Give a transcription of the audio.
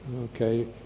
Okay